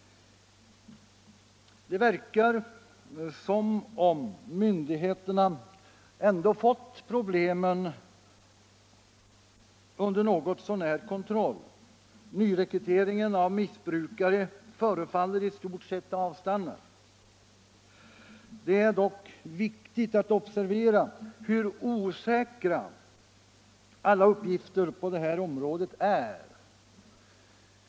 Det verkar som om myndigheterna ändå fått problemen något så när under kontroll. Nyrekryteringen av missbrukare förefaller i stort sett ha avstannat. Det är dock viktigt att observera hur osäkra alla uppgifter på det här området är.